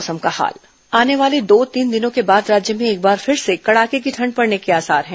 मौसम आने वाले दो तीन दिनों के बाद राज्य में एक बार फिर से कड़ाके की ठंड पड़ने के आसार है